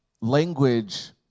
language